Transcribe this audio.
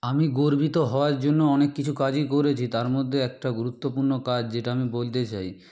আমি গর্বিত হওয়ার জন্য অনেক কিছু কাজই করেছি তার মধ্যে একটা গুরুত্বপূর্ণ কাজ যেটা আমি বলতে চাই